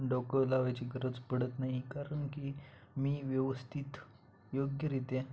डोकं लावायची गरज पडत नाही कारण की मी व्यवस्थित योग्यरित्या